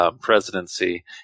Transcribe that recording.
presidency